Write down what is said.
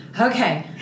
okay